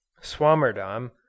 Swammerdam